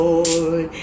Lord